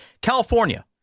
California